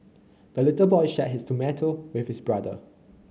the little boy shared his tomato with his brother